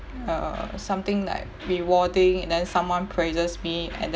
err something like rewarding and then someone praises me and